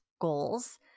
goals